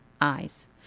eyes